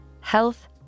health